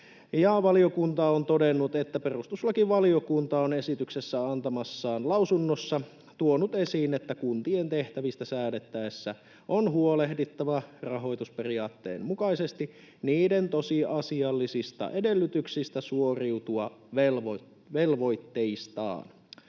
Valiokunta on todennut, että perustuslakivaliokunta on esityksestä antamassaan lausunnossa tuonut esiin, että kuntien tehtävistä säädettäessä on huolehdittava rahoitusperiaatteen mukaisesti niiden tosiasiallisista edellytyksistä suoriutua velvoitteistaan.